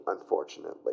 unfortunately